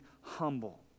humble